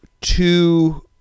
two